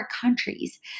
countries